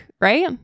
right